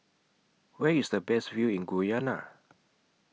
Where IS The Best View in Guyana